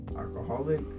alcoholic